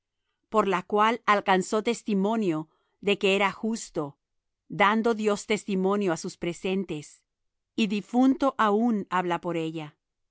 por la cual alcanzó testimonio de que era justo dando dios testimonio á sus presentes y difunto aun habla por ella